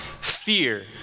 fear